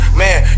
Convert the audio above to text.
man